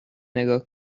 نگاه